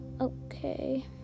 okay